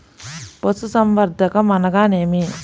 పశుసంవర్ధకం అనగా ఏమి?